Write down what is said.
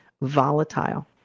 volatile